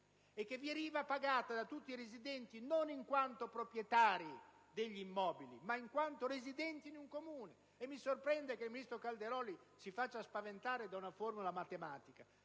e che veniva pagata da tutti i residenti non in quanto proprietari degli immobili, ma in quanto residenti in un comune. Mi sorprende che il ministro Calderoli si faccia spaventare da una formula matematica,